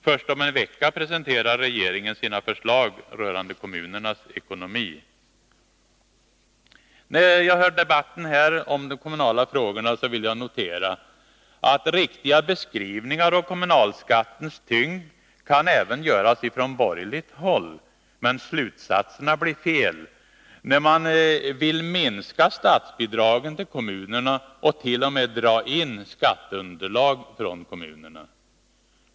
Först om en vecka presenterar regeringen sina förslag rörande kommunernas ekonomi. När jag hör debatten här om de kommunala frågorna vill jag notera att riktiga beskrivningar om kommunalskattens tyngd kan även göras från borgerligt håll. Men slutsatserna blir fel när man vill minska statsbidragen till kommunerna och t.o.m. dra in skatteunderlaget för kommunerna.